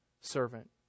servant